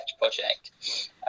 project